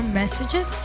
messages